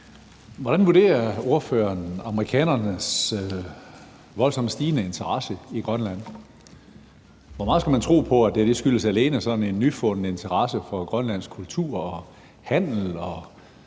Hvordan vurderer ordføreren amerikanernes voldsomt stigende interesse i Grønland? Hvor meget skal man tro på, at det alene skyldes en nyfunden interesse for grønlandsk kultur og handel,